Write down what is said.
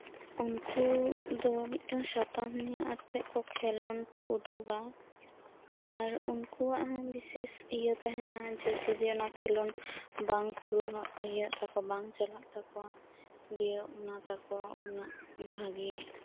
ᱩᱱᱠᱩᱫᱚ ᱢᱤᱫᱴᱟᱝ ᱥᱟᱛᱟᱢ ᱱᱤᱭᱮ ᱟᱛᱮ ᱠᱷᱮᱞᱳᱰ ᱠᱩ ᱩᱫᱩᱜᱟ ᱟᱨ ᱩᱱᱠᱩᱣᱟᱜ ᱦᱚᱸ ᱵᱤᱥᱮᱥ ᱤᱭᱟᱹ ᱛᱟᱦᱮᱱᱟ ᱡᱚᱫᱤ ᱚᱱᱟ ᱠᱷᱮᱞᱳᱰ ᱵᱟᱝ ᱯᱩᱨᱚᱱᱚᱜ ᱤᱭᱟᱹ ᱪᱟᱞᱟᱜ ᱛᱟᱠᱩᱣᱟ ᱫᱤᱭᱮ ᱚᱱᱟᱛᱟᱠᱩ ᱩᱱᱟᱹᱜ ᱵᱷᱟᱜᱤ